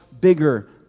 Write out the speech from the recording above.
bigger